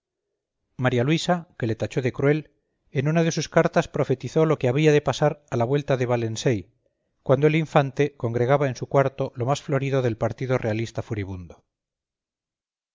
maría luisa que le tachó de cruel en una de sus cartas profetizó lo que había de pasar a la vuelta de valencey cuando el infante congregaba en su cuarto lo más florido del partido realista furibundo